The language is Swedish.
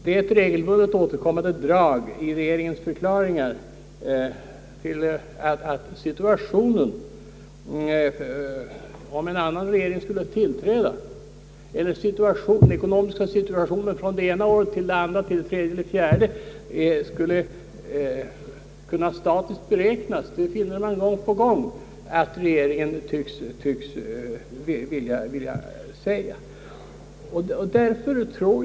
Ett regelbundet återkommande drag i regeringens beräkningar är att den ekonomiska situationen skulle på något sätt vara statisk från det ena året till det andra, till det tredje, till det fjärde o. s. v.